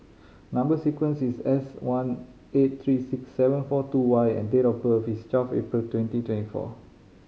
number sequence is S one eight three six seven four two Y and date of birth is twelve April twenty twenty four